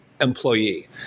employee